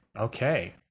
Okay